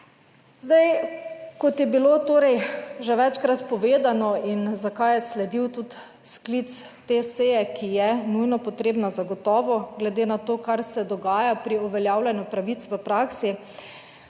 Zdaj, kot je bilo torej že večkrat povedano in zakaj je sledil tudi sklic te seje, ki je nujno potrebna, zagotovo glede na to, kar se dogaja pri uveljavljanju pravic v praksi.